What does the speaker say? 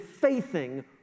faithing